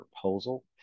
proposal